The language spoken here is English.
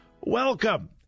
Welcome